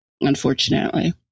unfortunately